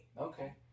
Okay